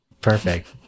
perfect